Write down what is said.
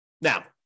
Now